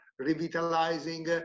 revitalizing